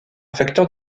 facteur